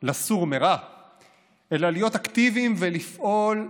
לסור מרע אלא להיות אקטיביים ולפעול,